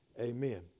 amen